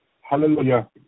Hallelujah